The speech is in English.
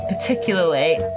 particularly